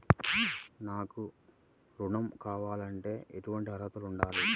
నాకు ఋణం కావాలంటే ఏటువంటి అర్హతలు కావాలి?